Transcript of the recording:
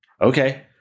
Okay